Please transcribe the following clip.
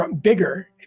bigger